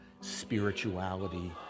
spirituality